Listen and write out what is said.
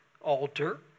altar